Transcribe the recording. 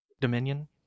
Dominion